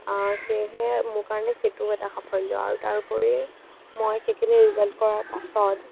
সেয়েহে মোৰ কাৰণে সেইটোও এটা সাফল্য আৰু তাৰ উপৰি মই সেইখিনি ৰিজাল্ট কৰাৰ পাছত